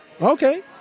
Okay